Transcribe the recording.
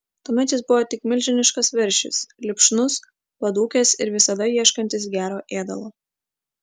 tuomet jis buvo tik milžiniškas veršis lipšnus padūkęs ir visada ieškantis gero ėdalo